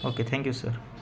okay thank you sir